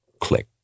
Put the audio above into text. click